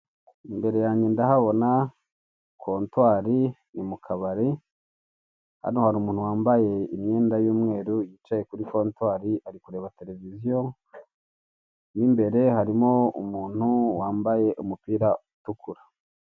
Imbere yange ndahabona kontwari ni mukabari, hano hari umuntu wambaye imyenda y'umweru wicaye kuri kontwari ari kureba televiziyo, mo imbere harimo umuntu wambaye umupira utukura.